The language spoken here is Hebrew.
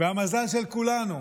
והמזל של כולנו,